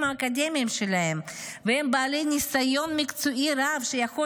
האקדמיים שלהם והם בעלי ניסיון מקצועי רב שיכול